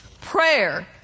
Prayer